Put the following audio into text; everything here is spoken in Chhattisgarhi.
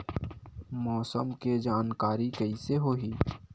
मौसम के जानकारी कइसे होही?